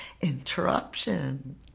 interruption